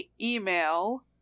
email